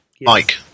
Mike